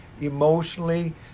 emotionally